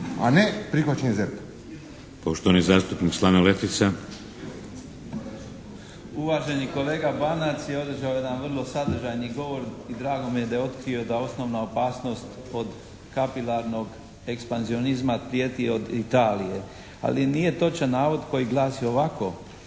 a ne prihvaćanje ZERP-a.